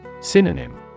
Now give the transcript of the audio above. Synonym